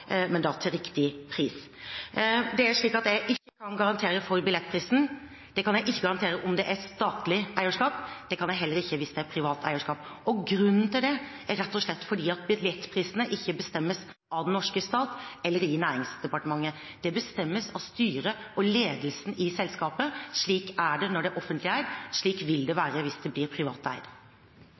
men da til riktig pris. Det er slik at jeg ikke kan garantere for billettprisen. Det kan jeg ikke garantere for om det er statlig eierskap, og det kan jeg heller ikke hvis det er privat eierskap. Grunnen til det er rett og slett at billettprisene ikke bestemmes av den norske stat eller av Næringsdepartementet. De bestemmes av styret og ledelsen i selskapet. Slik er det når det er offentlig eid, og slik vil det være hvis det blir privateid.